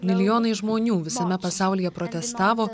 milijonai žmonių visame pasaulyje protestavo